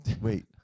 Wait